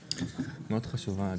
בוקר טוב לכולם